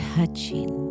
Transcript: Touching